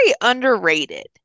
underrated